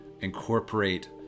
incorporate